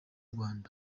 rwanda